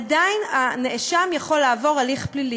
עדיין הנאשם יכול לעבור הליך פלילי.